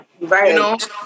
right